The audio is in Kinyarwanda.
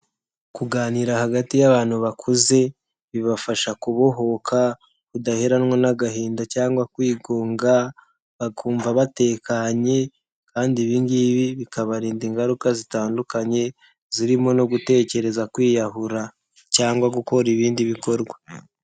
Kuganira hagati y'abantu bakuze bibafasha kubohoka, kudaheranwa n'agahinda cyangwa kwigunga, bakumva batekanye kandi ibi ngibi bikabarinda ingaruka zitandukanye, zirimo no gutekereza kwiyahura cyangwa gukora ibindi bikorwa.